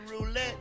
roulette